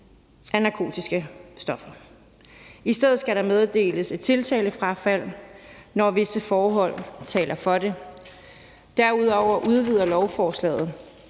af narkotiske stoffer. I stedet skal der meddeles et tiltalefrafald, når visse forhold taler for det. Derudover udvider lovforslaget